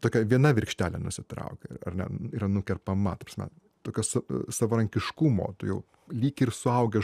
tokia viena virkštelė nusitraukia ar ne yra nukerpama ta prasme tokios savarankiškumo tu jau lyg ir suaugęs